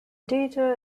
data